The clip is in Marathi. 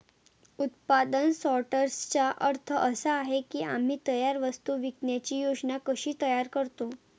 उत्पादन सॉर्टर्सचा अर्थ असा आहे की आम्ही तयार वस्तू विकण्याची योजना कशी तयार करतो